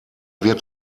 wird